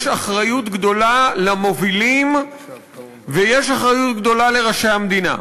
יש אחריות גדולה למובילים ויש אחריות גדולה לראשי המדינה.